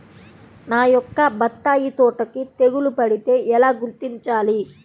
నా యొక్క బత్తాయి తోటకి తెగులు పడితే ఎలా గుర్తించాలి?